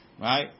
Right